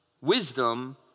wisdom